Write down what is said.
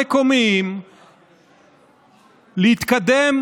המקומיים להתקדם,